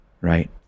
Right